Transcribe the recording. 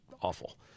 awful